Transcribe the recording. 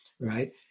right